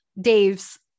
Dave's